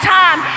time